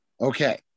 Okay